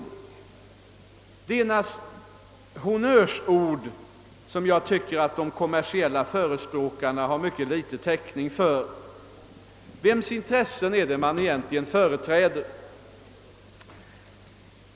Detta är ingenting annat än honnörsord, som jag tycker att förespråkarna för kommersiell finansiering har mycket ringa täckning för. Vems intressen är det egentligen man företräder?